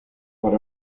por